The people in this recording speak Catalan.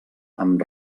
amb